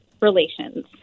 relations